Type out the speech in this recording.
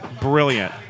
brilliant